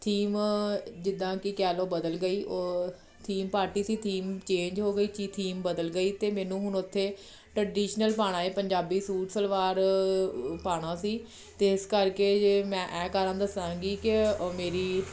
theme ਜਿੱਦਾਂ ਕਿ ਕਹਿ ਲਓ ਬਦਲ ਗਈ ਉਹ ਥੀਮ ਪਾਰਟੀ ਸੀ ਥੀਮ ਚੇਂਜ ਹੋ ਗਈ ਕਿ ਥੀਮ ਬਦਲ ਗਈ ਅਤੇ ਮੈਨੂੰ ਹੁਣ ਉੱਥੇ ਟਰਡੀਸ਼ਨਲ ਪਾਉਣਾ ਏ ਪੰਜਾਬੀ ਸੂਟ ਸਲਵਾਰ ਪਾਉਣਾ ਸੀ ਅਤੇ ਇਸ ਕਰਕੇ ਜੇ ਮੈਂ ਐ ਕਾਰਨ ਦੱਸਾਂਗੀ ਕਿ ਮੇਰੀ